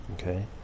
Okay